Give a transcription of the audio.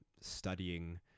studying